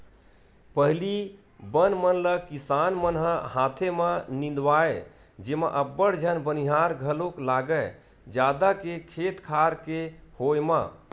पहिली बन मन ल किसान मन ह हाथे म निंदवाए जेमा अब्बड़ झन बनिहार घलोक लागय जादा के खेत खार के होय म